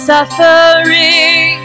Suffering